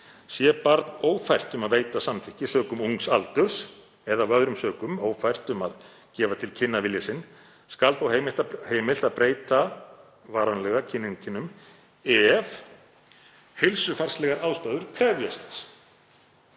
Sé barn ófært um að veita samþykki sökum ungs aldurs eða af öðrum sökum ófært um að gefa til kynna vilja sinn skal þó heimilt að breyta varanlega kyneinkennum þess ef heilsufarslegar ástæður krefjast